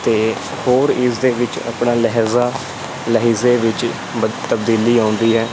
ਅਤੇ ਹੋਰ ਇਸਦੇ ਵਿੱਚ ਆਪਣਾ ਲਹਿਜ਼ਾ ਲਹਿਜ਼ੇ ਵਿੱਚ ਤਬਦੀਲੀ ਆਉਂਦੀ ਹੈ